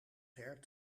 ver